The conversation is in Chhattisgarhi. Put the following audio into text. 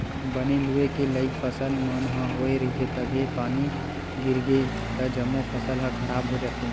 बने लूए के लइक फसल मन ह होए रहिथे तभे पानी गिरगे त जम्मो फसल ह खराब हो जाथे